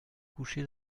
couché